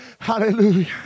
Hallelujah